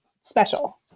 special